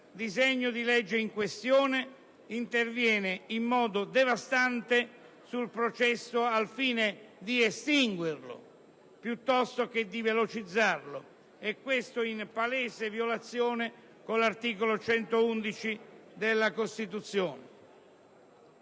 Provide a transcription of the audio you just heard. disegno di legge in questione intervenga in modo devastante sul processo al fine di estinguerlo, piuttosto che di velocizzarlo, in palese violazione dell'articolo 111 della Costituzione.